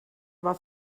war